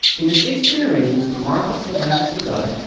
in the six generations from arphaxad down to serug,